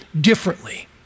differently